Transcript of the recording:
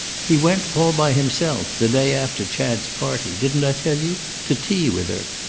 he went, all by himself, the day after chad's party didn't i tell you to tea with her.